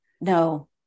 no